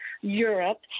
Europe